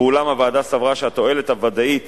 ואולם, הוועדה סברה שהתועלת הוודאית